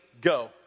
Go